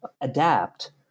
adapt